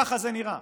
ככה זה נראה.